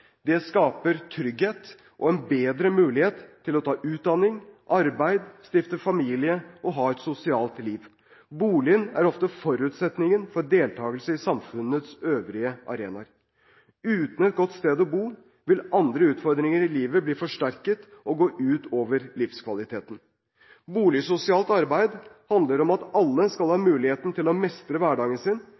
– skaper trygghet og en bedre mulighet til å ta utdanning, arbeide, stifte familie og ha et sosialt liv. Boligen er ofte forutsetningen for deltakelse i samfunnets øvrige arenaer. Uten et godt sted å bo vil andre utfordringer i livet bli forsterket og gå ut over livskvaliteten. Boligsosialt arbeid handler om at alle skal ha muligheten til å mestre hverdagen sin